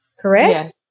Correct